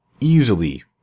easily